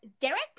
Derek